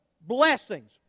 blessings